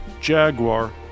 Jaguar